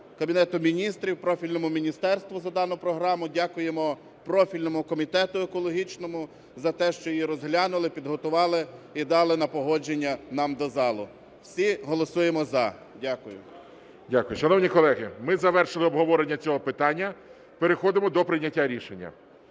Кабінету Міністрів, профільному міністерству за дану програму. Дякуємо профільному Комітету екологічному за те, що її розглянули, підготували і дали на погодження нам до зали. Всі голосуємо "за". Дякую. ГОЛОВУЮЧИЙ. Дякую. Шановні колеги, ми завершили обговорення цього питання, переходимо до прийняття рішення.